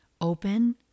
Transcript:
open